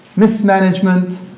mismanagement,